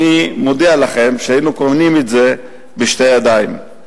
אני מודיע לכם שהיינו קונים את זה בשתי ידיים.